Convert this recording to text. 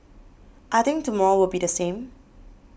I think tomorrow will be the same